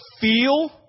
feel